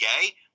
gay